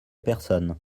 personne